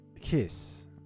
kiss